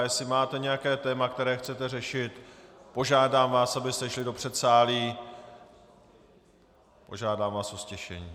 Jestli máte nějaké téma, které chcete řešit, požádám vás, abyste šli do předsálí, požádám vás o ztišení.